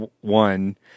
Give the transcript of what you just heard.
one